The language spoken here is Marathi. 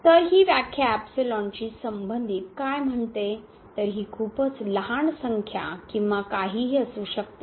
तर ही व्याख्या शी संबंधित काय म्हणते तर ही खूपच लहान संख्या किंवा काहीही असू शकते